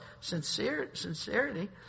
sincerity